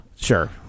Sure